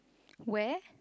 where